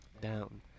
down